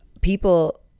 people